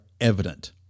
evident